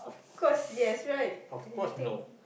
cause yes right you think